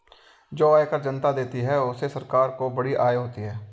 जो आयकर जनता देती है उससे सरकार को बड़ी आय होती है